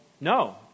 no